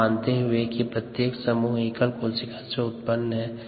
यह मानते हुए कि प्रत्येक समूह एकल कोशिका से उत्पन्न होती है